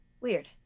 Weird